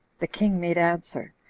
the king made answer,